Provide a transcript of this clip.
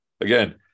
Again